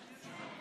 אתה רגוע.